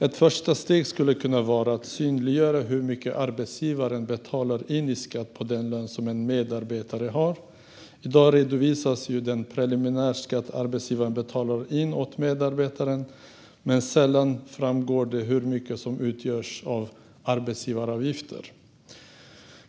Ett första steg skulle kunna vara att synliggöra hur mycket arbetsgivaren betalar in i skatt på den lön som en medarbetare har. I dag redovisas den preliminärskatt som arbetsgivaren betalar in åt medarbetaren, men det framgår sällan hur mycket som utgörs av arbetsgivaravgifter.